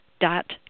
dot